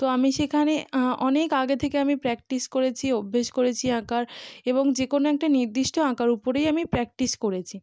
তো আমি সেখানে অনেক আগে থেকে আমি প্র্যাকটিস করেছি অভ্যেস করেছি আঁকার এবং যে কোনো একটা নির্দিষ্ট আঁকার উপরেই আমি প্র্যাকটিস করেছি